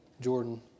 Jordan